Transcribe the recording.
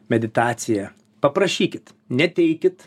meditacija paprašykit neteikit